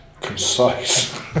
concise